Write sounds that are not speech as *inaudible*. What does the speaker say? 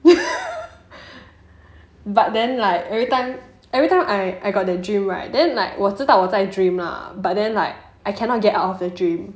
*laughs* but then like every time every time I I got that dream right then like 我知道我在 dream lah but then like I cannot get out of the dream